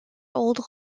old